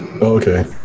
Okay